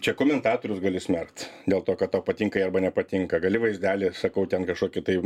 čia komentatorius gali smerkt dėl to kad tau patinka arba nepatinka gali vaizdelį sakau ten kažkokį tai